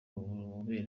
ububobere